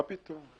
מה פתאום?